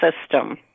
System